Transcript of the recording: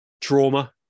trauma